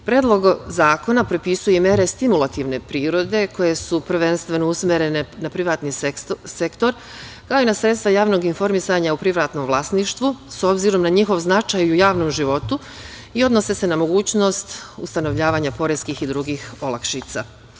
Predlog zakona propisuje mere stimulativne prirode koje su, prvenstveno usmerene na privatni sektor, kao i na sredstva javnog informisanja u privatnom vlasništvu s obzirom na njihov značaj u javnom životu i odnose se na mogućnost ustanovljavanja poreskih i drugih olakšica.